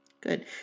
good